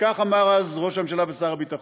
וכך אמר אז ראש הממשלה ושר הביטחון: